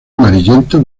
amarillento